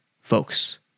folks